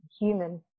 human